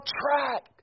track